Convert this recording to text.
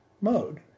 mode